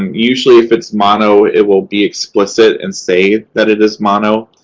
usually if it's mono, it will be explicit and say that it is mono.